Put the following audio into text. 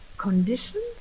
condition